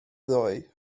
ddoe